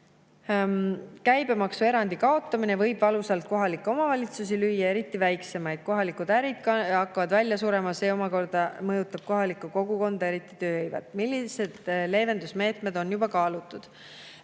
Käibemaksuerandi kaotamine võib valusalt lüüa kohalikke omavalitsusi, eriti väiksemaid. Kohalikud ärid hakkavad välja surema, mis omakorda mõjutab kohalikku kogukonda, eriti tööhõivet. Milliseid leevendusmeetmeid on juba kaalutud?